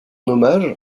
hommage